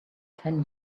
ten